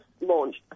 launched